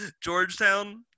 georgetown